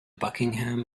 buckingham